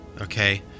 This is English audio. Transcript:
Okay